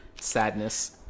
Sadness